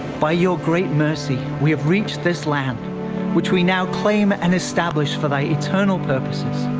by your great mercy we have reached this land which we now claim and establish for thy eternal purposes.